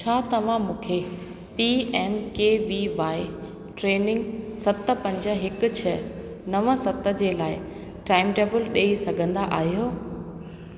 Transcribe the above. छा तव्हां मूंखे P M K V Y training सत पंज हिकु छ नवं सत जे लाइ टाईमटेबल ॾेई सघंदा आहियो